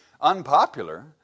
unpopular